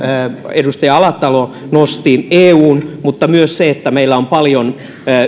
edustaja alatalo nosti esille eun mutta meillä on myös paljon